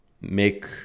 make